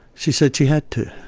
she said she had to.